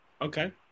Okay